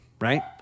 right